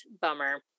bummer